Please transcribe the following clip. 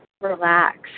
relax